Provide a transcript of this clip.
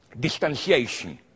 distanciation